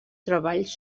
treballs